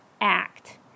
act